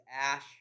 ash